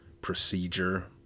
procedure